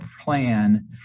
plan